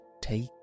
take